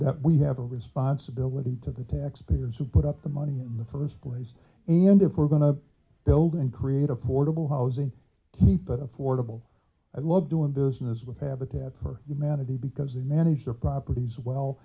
that we have a responsibility to the taxpayers who put up the money in the first place and if we're going to build and create a portable housing keep it affordable i love doing business with habitat for humanity because they manage their properties well